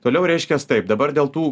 toliau reiškias taip dabar dėl tų